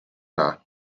dda